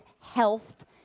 health